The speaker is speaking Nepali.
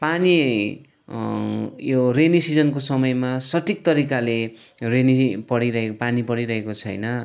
पानी यो रेनी सिजनको समयमा सठिक तरिकाले रेनी परिरहेको पानी परिरहेको छैन